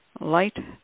Light